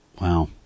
Wow